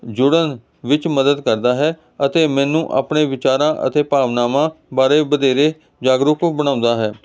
ਜੁੜਨ ਵਿੱਚ ਮਦਦ ਕਰਦਾ ਹੈ ਅਤੇ ਮੈਨੂੰ ਆਪਣੇ ਵਿਚਾਰਾਂ ਅਤੇ ਭਾਵਨਾਵਾਂ ਬਾਰੇ ਵਧੇਰੇ ਜਾਗਰੂਕ ਬਣਾਉਂਦਾ ਹੈ